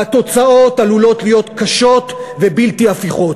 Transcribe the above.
והתוצאות עלולות להיות קשות ובלתי הפיכות